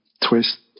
twist